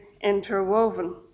interwoven